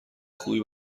خوبی